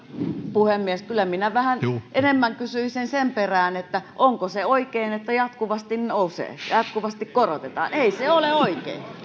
puhemies kyllä minä enemmän kysyisin sen sen perään onko se oikein että jatkuvasti nousee jatkuvasti korotetaan ei se ole oikein se